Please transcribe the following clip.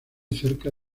cerca